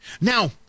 Now